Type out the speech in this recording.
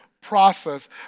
process